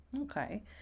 Okay